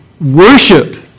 worship